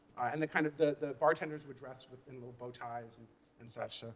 and the kind of the bartenders would dress with and little bow ties and and such. so